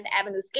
Avenue